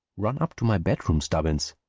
run up to my bedroom, stubbins,